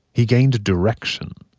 he gained a direction.